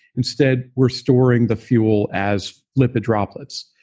instead, we're storing the fuel as lipid droplets,